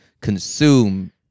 consume